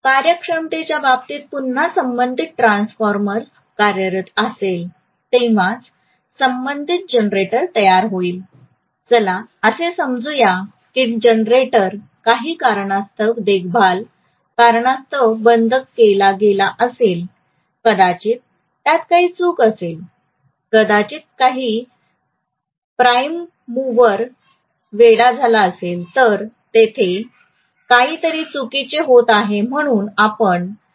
कार्यक्षमतेच्या बाबतीत पुन्हा संबंधित ट्रान्सफॉर्मर्स कार्यरत असेल तेव्हाच संबंधित जनरेटर तयार होईल चला असे समजू या की जनरेटर काही कारणास्तव देखभाल कारणास्तव बंद केला गेला असेल कदाचित त्यात काही चूक असेल कदाचित काही प्राइम मूव्हर वेडा झाला असेल तर तिथे काहीतरी चुकीचे होत आहे म्हणून आपण जनरेटर बंद करीत आहात